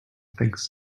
thinks